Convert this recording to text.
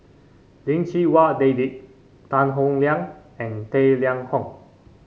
Lim Chee Wai David Tan Howe Liang and Tang Liang Hong